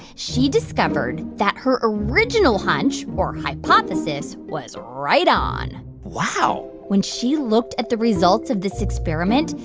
she discovered that her original hunch or hypothesis was right on wow when she looked at the results of this experiment,